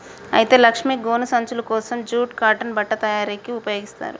అయితే లక్ష్మీ గోను సంచులు కోసం జూట్ కాటన్ బట్ట తయారీకి ఉపయోగిస్తారు